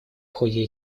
ходе